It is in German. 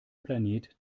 planet